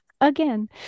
Again